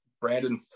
Brandon